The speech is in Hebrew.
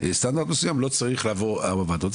סטנדרט מסוים לא צריך לעבור ארבע ועדות,